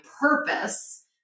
purpose